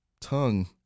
tongue